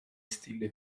stile